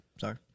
Sorry